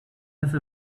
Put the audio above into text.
have